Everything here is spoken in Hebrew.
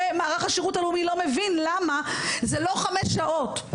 ומערך השרות הלאומי למה זה לא חמש שעות.